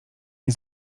nie